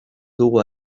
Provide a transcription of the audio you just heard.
dugu